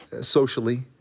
socially